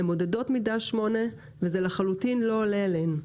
מודדות מידה 8 וזה לחלוטין לא עולה עליהן.